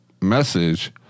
message